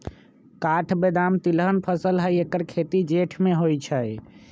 काठ बेदाम तिलहन फसल हई ऐकर खेती जेठ में होइ छइ